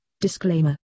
Disclaimer